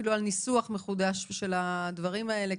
אפילו על ניסוח מחודש של הדברים האלה,